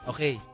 Okay